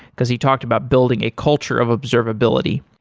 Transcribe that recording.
because he talked about building a culture of observability.